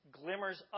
glimmers